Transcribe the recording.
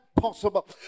possible